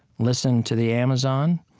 listen to the amazon,